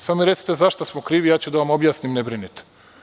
Samo mi recite za šta smo krivi i ja ću da vam objasnim, ne brinite.